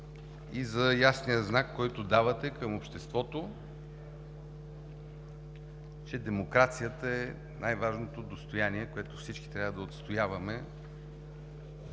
и за ясния знак, който давате към обществото, че демокрацията е най-важното достояние, което всички трябва да отстояваме